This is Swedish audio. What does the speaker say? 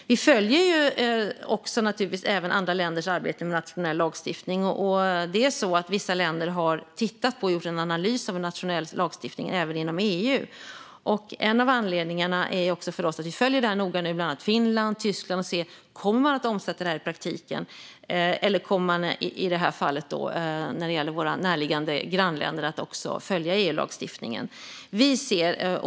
Vi följer naturligtvis även andra länders arbete med nationell lagstiftning. Vissa länder har tittat på och gjort en analys av en nationell lagstiftning, även inom EU. Vi följer detta noga i bland annat Finland och Tyskland för att se om man kommer att omsätta det i praktiken eller om man i detta fall, när det gäller våra grannländer eller länder som ligger nära oss, kommer att följa EU-lagstiftningen.